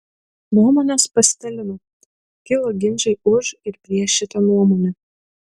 nuomonės pasidalino kilo ginčai už ir prieš šitą nuomonę